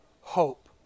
hope